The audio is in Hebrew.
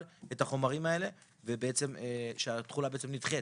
את החומרים האלה כשהתחולה בעצם נדחית?